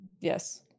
Yes